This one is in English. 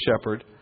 shepherd